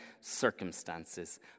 circumstances